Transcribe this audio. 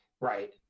Right